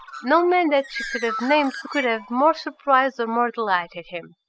no man that she could have named could have more surprised or more delighted him.